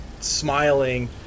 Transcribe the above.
smiling